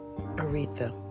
Aretha